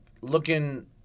looking